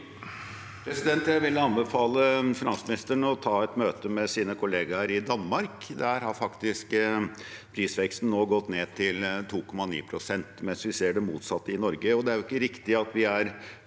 Jeg vil anbefa- le finansministeren å ta et møte med sine kollegaer i Danmark. Der har faktisk prisveksten gått ned til 2,9 pst., mens vi ser det motsatte i Norge. Og det er ikke riktig at vi er